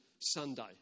Sunday